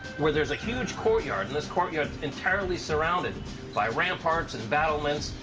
where there's a huge courtyard. and this courtyard's entirely surrounded by ramparts and battlements.